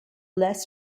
less